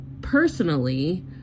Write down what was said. personally